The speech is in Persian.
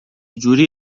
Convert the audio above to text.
جوری